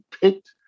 picked